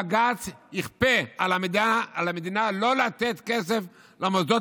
בג"ץ יכפה על המדינה לא לתת כסף למוסדות